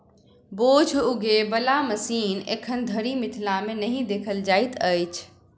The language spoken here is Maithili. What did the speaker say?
बोझ उघै बला मशीन एखन धरि मिथिला मे नहि देखल जाइत अछि